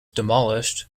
demolished